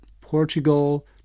Portugal